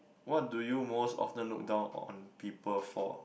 what do you most often look down on people for